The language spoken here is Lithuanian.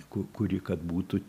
ku kuri kad būtų